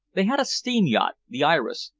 they had a steam-yacht, the iris,